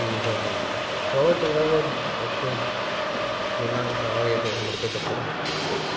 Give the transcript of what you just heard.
ਠੀਕ ਹੈ ਭਾਅ ਜੀ ਚਲੋ ਚੰਗਾ ਫਿਰ ਓਕੇ ਮਿਲਾਂਗੇ ਲਾਵਾਂਗੇ ਫਿਰ ਮੁੜ ਕੇ ਚੱਕਰ ਓਕੇ